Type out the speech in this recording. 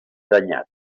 danyat